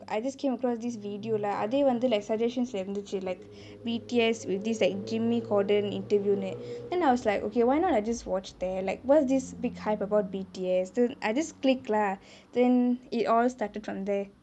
I just came across this video lah அதே வந்து:athe vanthu like suggestions லே இருந்துச்சு:lae irunthuchu like B_T_S with this like jimmy corden interview னு:nu then I was like okay why not I just watch that like what's this big hype about B_T_S I just click lah then it all started from there